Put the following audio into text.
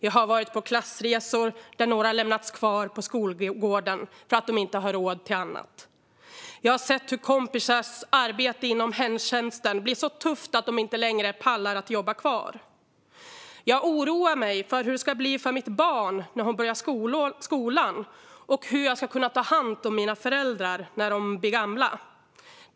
Jag har varit på klassresor där några har lämnats kvar på skolgården för att de inte har råd till annat. Jag har sett hur kompisars arbete inom hemtjänsten blivit så tufft att de inte längre pallar att jobba kvar. Jag oroar mig för hur det ska bli för mitt barn när hon börjar skolan och hur jag ska kunna ta hand om mina föräldrar när de blir gamla.